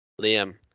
Liam